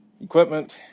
equipment